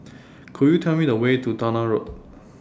Could YOU Tell Me The Way to Towner Road